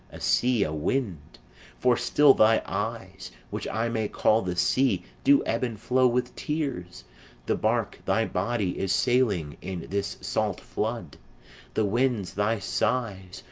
a sea, a wind for still thy eyes, which i may call the sea, do ebb and flow with tears the bark thy body is sailing in this salt flood the winds, thy sighs,